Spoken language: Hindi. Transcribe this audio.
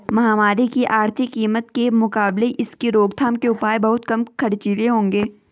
महामारी की आर्थिक कीमत के मुकाबले इसकी रोकथाम के उपाय बहुत कम खर्चीले होंगे